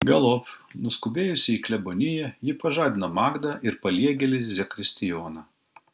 galop nuskubėjusi į kleboniją ji pažadino magdą ir paliegėlį zakristijoną